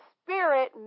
spirit